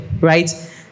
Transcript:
right